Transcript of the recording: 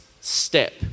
step